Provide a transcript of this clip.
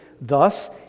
Thus